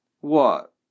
What